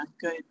good